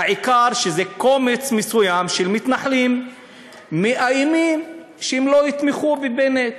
העיקר שקומץ מסוים של מתנחלים מאיימים שהם לא יתמכו בבנט,